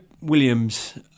Williams